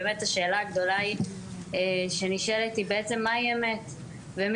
באמת השאלה הגדולה שנשאלת היא בעצם מה היא אמת ומי